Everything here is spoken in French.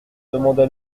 demanda